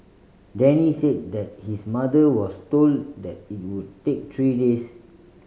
Denny said that his mother was told that it would take three days